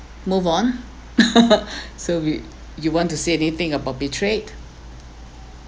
move on so we you want to say anything about betrayed